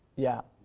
yeah,